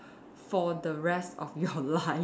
for the rest of your life